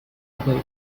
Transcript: away